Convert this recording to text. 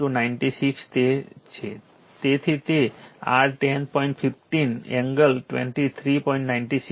15 angle 23